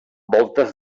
voltes